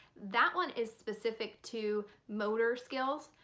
that one is specific to motor skills,